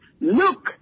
Look